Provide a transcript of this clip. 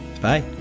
Bye